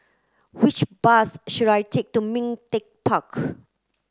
which bus should I take to Ming Teck Park